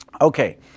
Okay